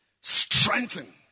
strengthen